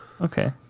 Okay